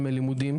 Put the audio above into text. לימודים,